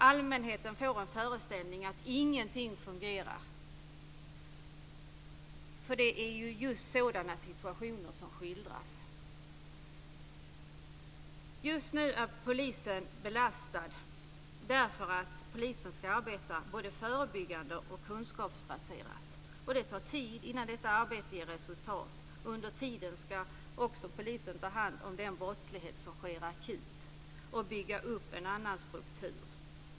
Allmänheten får en föreställning om att ingenting fungerar, eftersom det är just sådana situationer som skildras. Just nu är polisen belastad, därför att polisen ska arbeta både förebyggande och kunskapsbaserat, och det tar tid innan detta arbete ger resultat. Under tiden ska polisen också ta hand om den brottslighet som sker akut och bygga upp en annan struktur.